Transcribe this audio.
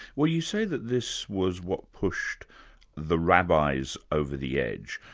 well, you say that this was what pushed the rabbis over the edge.